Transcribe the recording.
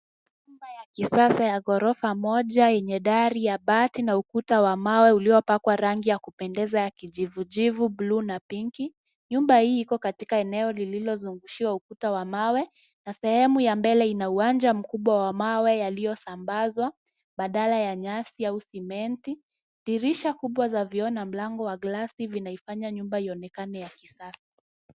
Nyumba ya kisasa ya ghorofa moja yenye dari ya bati na ukuta wa mawe uliopakwa rangi ya kupendeza ya kijivujivu, buluu na pinki, nyumba hii iko katika eneo lililozungushiwa ukuta wa mawe na sehemu ya mbele ina uwanja mkubwa wa mawe yaliyosambazwa badala ya nyasi au simenti dirisha kubwa za vioo na mlango wa glasi vinaifanya nyumba ionekane ya kisasa.